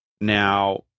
now